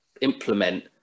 implement